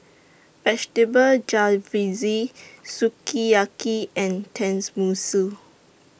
Vegetable Jalfrezi Sukiyaki and Tenmusu